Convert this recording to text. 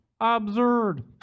Absurd